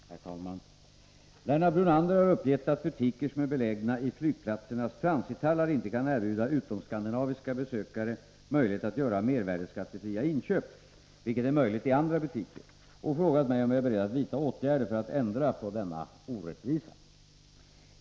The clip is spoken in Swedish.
Herr talman! Lennart Brunander har uppgett att butiker som är belägna i flygplatsernas transithallar inte kan erbjuda utomskandinaviska besökare möjlighet att göra mervärdeskattefria inköp, vilket är möjligt i andra butiker, och frågat mig om jag är beredd att vidta åtgärder för att ändra på denna orättvisa.